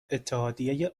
اتحادیه